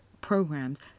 programs